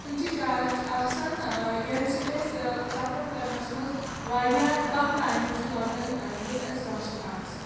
تِم چھِ چارٕج آسان ییٚمہِ سۭتۍ اَسہِ سفر کَرنَس منٛز واریاہ کَم ٹایِم چھُ لگان یوٚت اَسہِ گَژھُن آسہِ